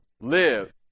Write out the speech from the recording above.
live